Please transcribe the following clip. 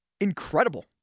incredible